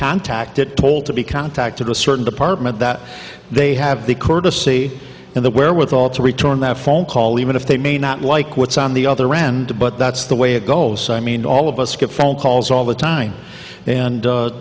contacted told to be contacted a certain department that they have the courtesy and the wherewithal to return that phone call even if they may not like what's on the other end but that's the way it goes i mean all of us get phone calls all the time and